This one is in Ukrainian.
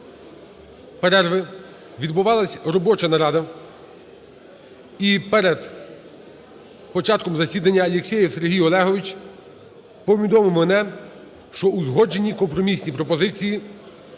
перерви відбувалась робоча нарада. І перед початком засідання Алєксєєв Сергій Олегович повідомив мене, що узгоджені компромісні пропозиції